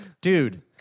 dude